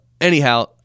anyhow